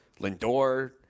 Lindor